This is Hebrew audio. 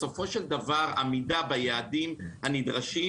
בסופו של דבר עמידה ביעדים הנדרשים